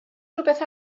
rhywbeth